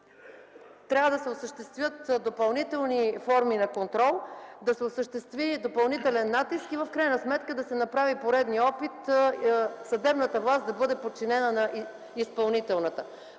трябва да се осъществят допълнителни форми на контрол, да се осъществи допълнителен натиск и в крайна сметка да се направи поредният опит съдебната власт да бъде подчинена на изпълнителната.